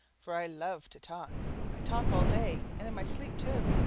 for i love to talk i talk, all day, and in my sleep, too,